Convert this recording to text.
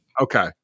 Okay